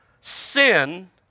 Sin